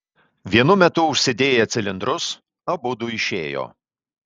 vienu metu užsidėję cilindrus abudu išėjo